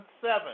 seven